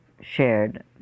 shared